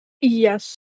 Yes